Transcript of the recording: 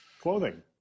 clothing